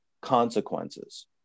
consequences